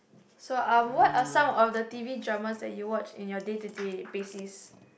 so um what are some of the t_v dramas that you watch in your day to day basis